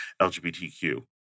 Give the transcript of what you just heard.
LGBTQ